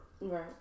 Right